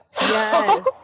Yes